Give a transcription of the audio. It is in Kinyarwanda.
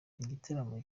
igitaramo